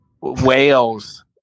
Wales